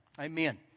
amen